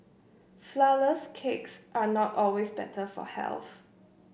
flourless cakes are not always better for health